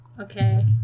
Okay